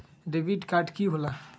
Debit card की होला?